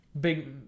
big